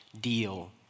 deal